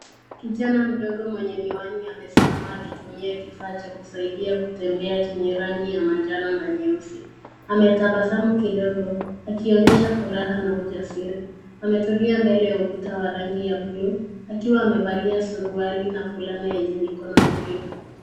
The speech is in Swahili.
Kijana mdogo mwenye miwani amesimama akitumia kifaa cha kusaidia kutembea chenye rangi ya manjano na nyeusi. Ametabasamu kidogo, akionyesha furaha na ujasiri. Ametulia mbele ya ukuta wa rangi ya blue , akiwa amevalia suruali na fulana yenye mikono mirefu.